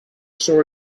saw